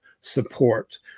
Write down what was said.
support